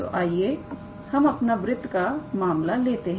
तो आइए हम अपना वृत्त का मामला लेते हैं